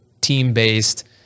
team-based